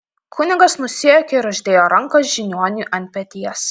kunigas nusijuokė ir uždėjo ranką žiniuoniui ant peties